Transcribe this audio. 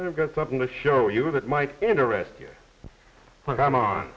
i've got something to show you that might interest you when i'm on